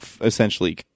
essentially